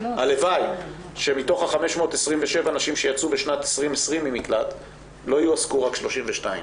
הלוואי שמתוך 527 הנשים שיצאו בשנת 2020 ממקלט לא יועסקו רק 32,